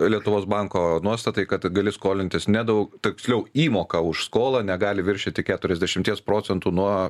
lietuvos banko nuostatai kad gali skolintis nedaug tiksliau įmoka už skolą negali viršyti keturiasdešimties procentų nuo